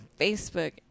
Facebook